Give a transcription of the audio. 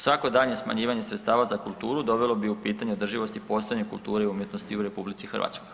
Svako daljnje smanjivanje sredstava za kulturu dovelo bi u pitanje održivost i postojanje kulture i umjetnosti u RH.